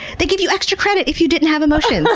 they give you extra credit if you didn't have emotions.